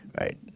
right